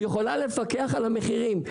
היא יכולה לפקח על המחירים.